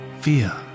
fear